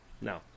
no